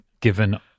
given